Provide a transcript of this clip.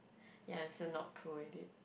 ya I'm so not pro at it